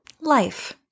Life